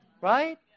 Right